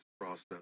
process